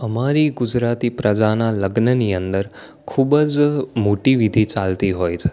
અમારી ગુજરાતી પ્રજાનાં લગ્નની અંદર ખૃૂબ જ મોટી વિધિ ચાલતી હોય છે